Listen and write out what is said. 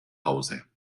hause